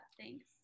thanks